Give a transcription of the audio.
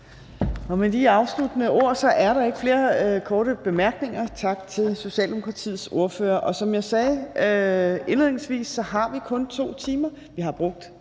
Med de afsluttende ord er der ikke flere korte bemærkninger. Tak til Socialdemokratiets ordfører. Som jeg sagde indledningsvis, har vi kun 2 timer. Vi har brugt